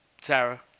Sarah